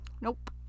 Nope